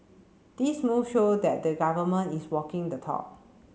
these move show that the government is walking the talk